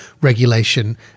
regulation